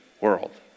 world